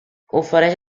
ofereix